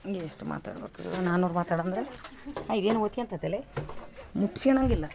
ಇನ್ನು ಎಷ್ಟು ಮಾತಾಡ್ಬೇಕು ನಾನೂರು ಮಾತಾಡು ಅಂದರೆ ಆಗೇನು ಹೊತ್ತಿಗೆಂತತಲೇ ಮುಟ್ಟಿಸ್ಕೊಳಂಗಿಲ್ಲ